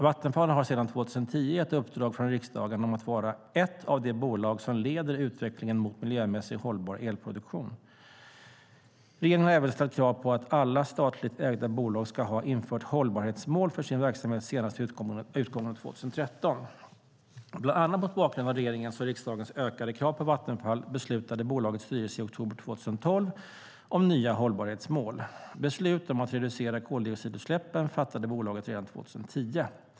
Vattenfall har sedan 2010 ett uppdrag från riksdagen att vara ett av de bolag som leder utvecklingen mot miljömässigt hållbar elproduktion. Regeringen har även ställt krav på att alla statligt ägda bolag ska ha infört hållbarhetsmål för sin verksamhet senast vid utgången av 2013. Bland annat mot bakgrund av regeringens och riksdagens ökade krav på Vattenfall beslutade bolagets styrelse i oktober 2012 om nya hållbarhetsmål. Beslut om att reducera koldioxidutsläppen fattade bolaget redan 2010.